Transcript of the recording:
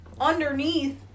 Underneath